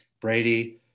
Brady